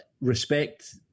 respect